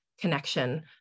connection